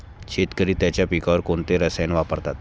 शेतकरी त्यांच्या पिकांवर कोणती रसायने वापरतात?